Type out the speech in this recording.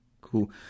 cool